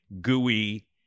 gooey